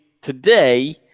today